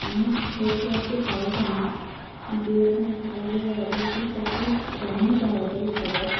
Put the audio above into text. অনেক রেস্তোরাঁতে পাওয়া যায় না যেরকম খাবারের অর্ডার দিই তার থেকে একটু কমই পাওয়া যায় খাবার